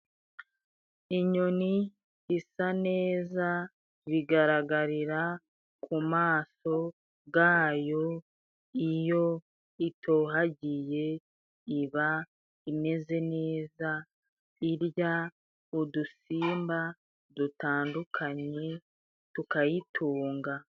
Inyoni isa neza bigaragarira ku maso gayo. Iyo itohagiye iba imeze neza irya udusimba, dutandukanye tukayitunga.